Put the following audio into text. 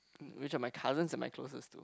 which are my cousins am I closest to